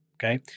Okay